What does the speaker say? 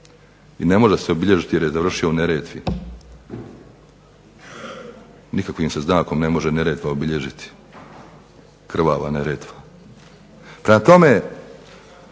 i ne može se obilježiti jer je završio u Neretvi, nikakvi se znakom se ne može Neretva obilježiti, krvava Neretva. Prema tome,